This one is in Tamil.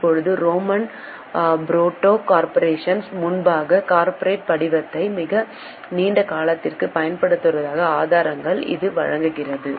இப்போது ரோமன் புரோட்டோ நிறுவனங்களுக்கு முன்பாக கார்ப்பரேட் படிவத்தை மிக நீண்ட காலத்திற்கு பயன்படுத்துவதற்கான ஆதாரங்களை இது வழங்குகிறது